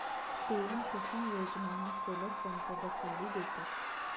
PM Kusum योजनामा solar pump बसाडी देतस